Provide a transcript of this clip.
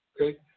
Okay